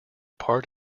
part